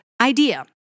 idea